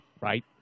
right